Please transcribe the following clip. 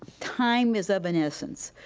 time is of an essence.